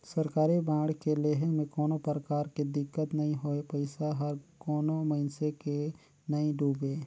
सरकारी बांड के लेहे में कोनो परकार के दिक्कत नई होए पइसा हर कोनो मइनसे के नइ डुबे